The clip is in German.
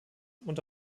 und